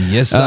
Yes